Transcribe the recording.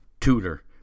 tutor